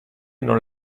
non